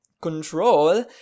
control